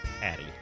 Patty